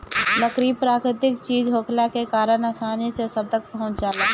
लकड़ी प्राकृतिक चीज होखला के कारण आसानी से सब तक पहुँच जाला